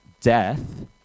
death